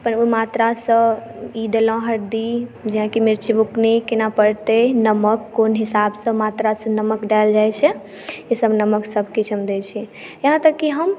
अपन ओहि मात्रासँ ई देलहुॅं हरदी जेनाकि मिर्ची बुकनी केना पड़तै नमक कोन हिसाबसँ मात्रासँ नमक देल जाइ छै ई सब नमक सब ओहिमे दै छी यहाँ तक कि हम